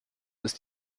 ist